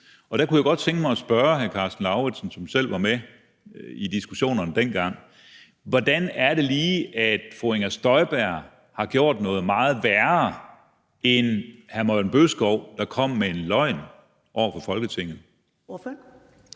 Der kunne jeg godt tænke mig at spørge hr. Karsten Lauritzen, som selv var med i diskussionerne dengang: Hvordan er det lige, at fru Inger Støjberg har gjort noget meget værre end hr. Morten Bødskov, der kom med en løgn over for Folketinget?